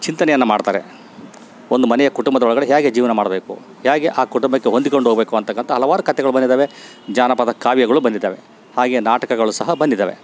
ಚಿಂತನೆಯನ್ನು ಮಾಡ್ತಾರೆ ಒಂದು ಮನೆಯ ಕುಟುಂಬದೊಳಗಡೆ ಹೇಗೆ ಜೀವನ ಮಾಡ್ಬೇಕು ಹೇಗೆ ಆ ಕುಟುಂಬಕ್ಕೆ ಹೊಂದಿಕೊಂಡು ಹೋಗ್ಬೇಕು ಅಂಥಕ್ಕಂತ ಹಲವಾರ್ ಕತೆಗಳು ಬಂದಿದಾವೆ ಜಾನಪದ ಕಾವ್ಯಗಳು ಬಂದಿದಾವೆ ಹಾಗೆ ನಾಟಕಗಳು ಸಹ ಬಂದಿದಾವೆ